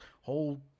Whole